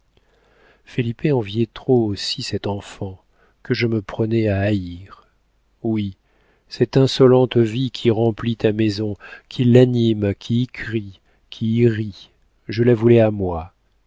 felipe enviait trop aussi cet enfant que je me prenais à haïr oui cette insolente vie qui remplit ta maison qui l'anime qui y crie qui y rit je la voulais à moi